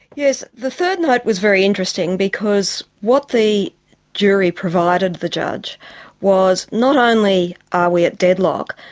yes, the third note was very interesting because what the jury provided the judge was not only are we at deadlock,